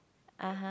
(uh huh)